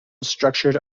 structured